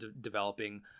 developing